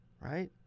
right